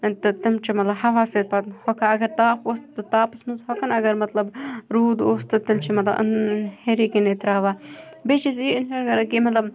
تہٕ تہٕ تِم چھِ مطلب ہوا سۭتۍ پَتہٕ ہۄکھان اگر تاپھ اوس تہٕ تاپَس منٛز ہۄکھان اگر مطلب روٗد اوس تہٕ تیٚلہِ چھُ مطلب ہیٚرِ کَنٮ۪تھ ترٛاوان بیٚیہِ چھِ أسۍ یہِ اِنسان کَران کہِ مطلب